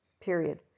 period